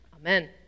amen